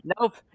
Nope